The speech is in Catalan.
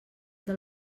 del